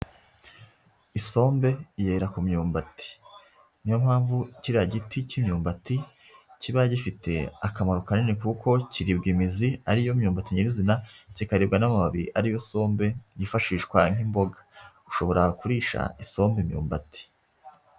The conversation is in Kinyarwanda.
Isombe yera ku myumbati. Niyo mpamvu kiriya giti cy'imyumbati kiba gifite akamaro kanini kuko kiribwa imizi ari yo myumbati nyirizina kikaribwa n'amababi ari yo sombe yiyifashishwa nk'imboga. Ushobora kurisha isombe imyumbati.